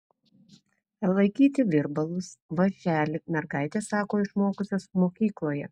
laikyti virbalus vąšelį mergaitės sako išmokusios mokykloje